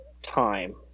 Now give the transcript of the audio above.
time